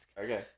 Okay